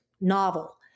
novel